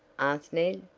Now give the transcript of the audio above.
asked ned.